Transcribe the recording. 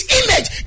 image